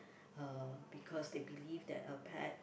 uh because they believe that a pet